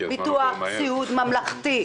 ביטוח סיעוד ממלכתי.